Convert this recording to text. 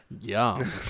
Yum